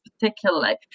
particularly